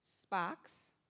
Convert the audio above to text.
sparks